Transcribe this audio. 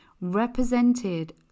represented